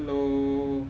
hello